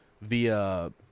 via